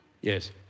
Yes